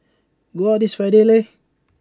go out this Friday Lei